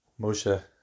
Moshe